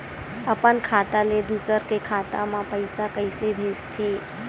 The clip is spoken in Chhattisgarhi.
अपन खाता ले दुसर के खाता मा पईसा कइसे भेजथे?